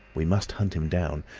we must hunt him down.